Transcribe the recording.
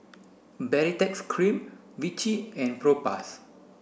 Baritex cream Vichy and Propass